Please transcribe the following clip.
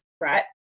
Right